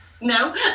No